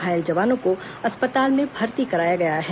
घायल जवानों को अस्पताल में भर्ती कराया गया है